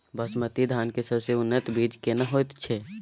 बासमती धान के सबसे उन्नत बीज केना होयत छै?